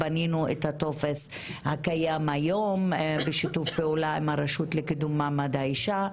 בנינו את הטופס הקיים היום בשיתוף פעולה עם הרשות לקידום מעמד האישה.